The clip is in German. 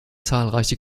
zahlreiche